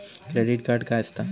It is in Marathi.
क्रेडिट कार्ड काय असता?